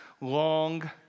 long